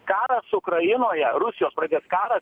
karas ukrainoje rusijos pradėts karas